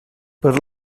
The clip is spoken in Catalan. per